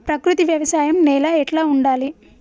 ప్రకృతి వ్యవసాయం నేల ఎట్లా ఉండాలి?